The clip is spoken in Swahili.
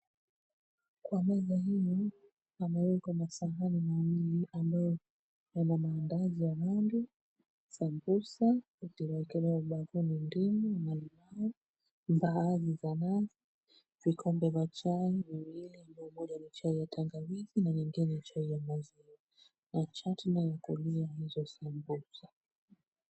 Kwa meza hilo pamewekwa masahani mawili ambayo yana mandazi ya roundi , samosa ikiwekelewa bakuli ndimu na limau mbahari za nazi, vikombe za chai viwili ambayo moja chai ya tangawizi na nyingine chai ya maziwa na chatni ya kulia hizo samosa.